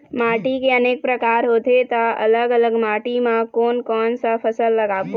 माटी के अनेक प्रकार होथे ता अलग अलग माटी मा कोन कौन सा फसल लगाबो?